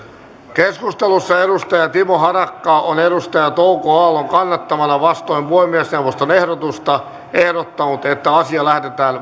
keskustelussa timo harakka on touko aallon kannattamana vastoin puhemiesneuvoston ehdotusta ehdottanut että asia lähetetään